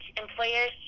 employers